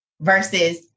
versus